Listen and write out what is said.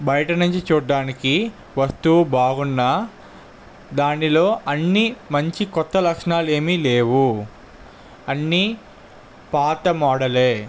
బయట నుంచి చూడటానికి వస్తువు బాగున్నా దానిలో అన్నీ మంచి కొత్త లక్షణాలు ఏమీ లేవు అన్నీ పాత మోడలే